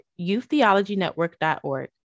youththeologynetwork.org